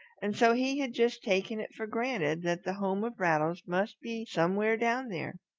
and so he had just taken it for granted that the home of rattles must be somewhere down there.